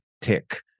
tick